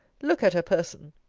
look at her person!